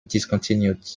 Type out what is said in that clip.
discontinued